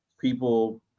people